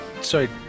Sorry